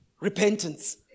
Repentance